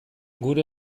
gure